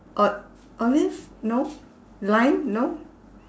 o~ olive no lime no